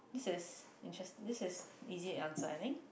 this is interest this is easy to answer I think